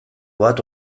bat